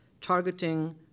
targeting